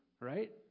right